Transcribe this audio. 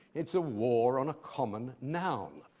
it's a war on a common noun.